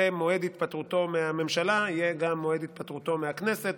ומועד התפטרותו מהממשלה יהיה גם מועד התפטרותו מהכנסת,